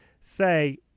say